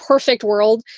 perfect world.